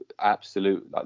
absolute